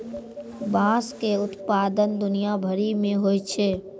बाँस के उत्पादन दुनिया भरि मे होय छै